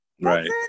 Right